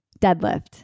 Deadlift